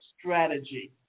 strategy